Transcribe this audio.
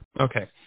Okay